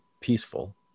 peaceful